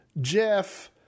Jeff